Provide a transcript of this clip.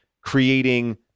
creating